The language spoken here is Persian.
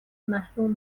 محروم